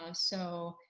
ah so,